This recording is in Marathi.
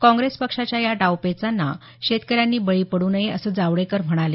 काँग्रेस पक्षाच्या या डावपेचांना शेतकऱ्यांनी बळी पडू नये असं जावडेकर म्हणाले